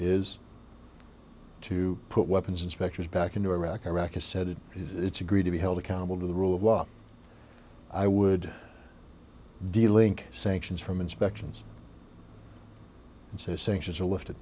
is to put weapons inspectors back into iraq iraq has said it it's agreed to be held accountable to the rule of law i would deal link sanctions from inspections and so sanctions are lifted